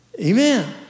amen